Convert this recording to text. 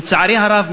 לצערי הרב,